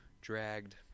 dragged